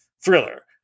thriller